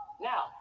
now